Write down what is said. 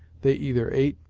they either ate,